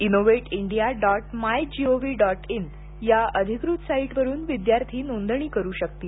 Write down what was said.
Innovate India dot MyGov dot in या अधिकृत साईटवरुन विद्यार्थी नोंदणी करु शकतील